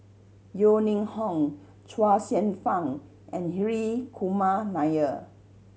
Yeo Ning Hong Chuang Hsueh Fang and Hri Kumar Nair